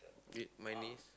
with my niece